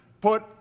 put